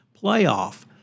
playoff